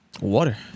Water